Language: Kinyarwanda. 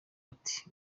ati